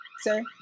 sir